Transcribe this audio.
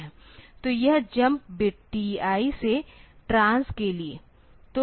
तो यह jump bit TI से ट्रांस के लिए